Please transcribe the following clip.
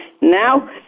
Now